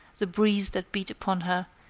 the breeze that beat upon her,